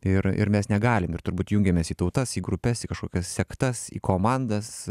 ir ir mes negalim ir turbūt jungiamės į tautas į grupes į kažkokias sektas į komandas